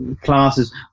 classes